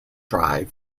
drive